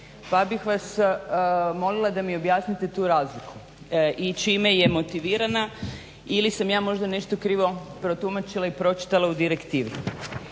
pa bih vas molila da mi objasnite tu razliku i čime je motivirana ili sam ja možda nešto krivo protumačila i pročitala u direktivi.